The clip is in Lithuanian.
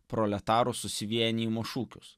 proletarų susivienijimo šūkius